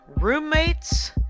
roommates